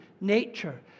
nature